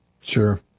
Sure